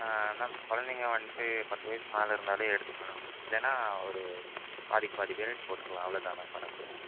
ஆ ma'am குழந்தைங்க வந்துட்டு பத்து வயசுக்கு மேலே இருந்தாலே எடுத்துக்கொள்ளணும் இல்லைன்னா ஒரு பாதிக்கு பாதி பேரேட் போட்டுக்கலாம் அவ்வளோ தான் மேம் பண்ண முடியும்